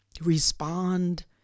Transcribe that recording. respond